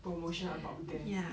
promotion about them